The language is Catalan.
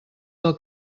del